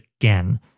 again